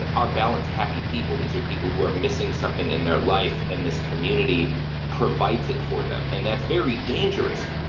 ah on balance happy people these are people who are missing something in their life and this community provides it for them and that's very dangerous.